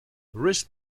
wrist